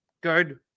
good